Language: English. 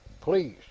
Please